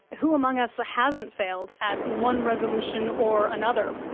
who among us hasn't failed at one resolution or another?